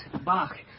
Bach